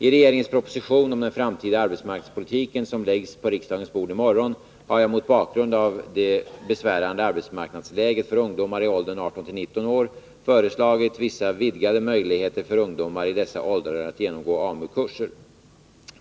I regeringens proposition om den framtida arbetsmarknadspolitiken, som läggs på riksdagens bord i morgon, har jag mot bakgrund av det besvärande arbetsmarknadsläget för ungdomar i åldern 18-19 år föreslagit vissa vidgade möjligheter för ungdomar i dessa åldrar att genomgå AMU-kurser.